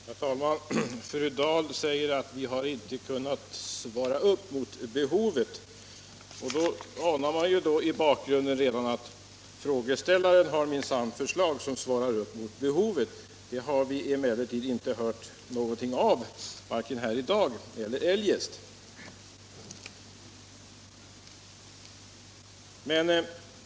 Herr talman! Fru Dahl säger att vi inte kunnat svara upp mot behovet. Då anar man i bakgrunden att den som säger så minsann har förslag till åtgärder som svarar mot behoven. Det har vi emellertid inte hört någonting av, vare sig här i dag eller eljest.